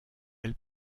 elle